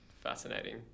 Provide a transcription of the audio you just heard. Fascinating